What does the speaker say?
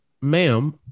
ma'am